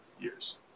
years